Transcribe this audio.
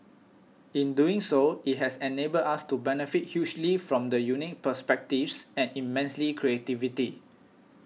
in doing so it has enabled us to benefit hugely from the unique perspectives and immense creativity